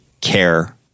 care